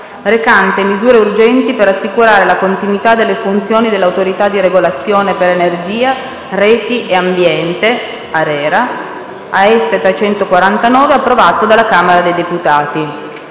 recante misure urgenti per assicurare la continuità delle funzioni dell'Autorità di regolazione per energia, reti e ambiente (ARERA)*** *(Approvato dalla Camera dei deputati)